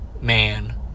Man